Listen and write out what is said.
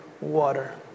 water